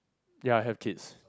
ya have kids